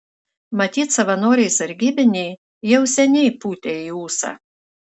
matyt savanoriai sargybiniai jau seniai pūtė į ūsą